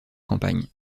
campagne